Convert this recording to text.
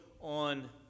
on